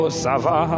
sava